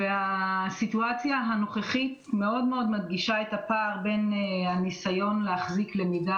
הסיטואציה הנוכחית מדגישה את הפער בין הניסיון להחזיר למידה